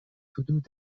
حدود